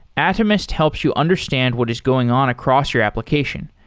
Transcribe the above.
atomist helps you understand what is going on across your application,